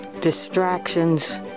distractions